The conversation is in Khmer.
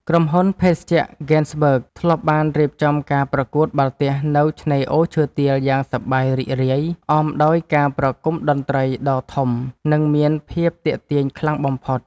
ក្រុមហ៊ុនភេសជ្ជៈហ្គេនស៍បឺគធ្លាប់បានរៀបចំការប្រកួតបាល់ទះនៅឆ្នេរអូឈើទាលយ៉ាងសប្បាយរីករាយអមដោយការប្រគំតន្ត្រីដ៏ធំ និង មានភាពទាក់ទាញខ្លាំងបំផុត។